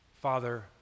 Father